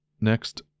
Next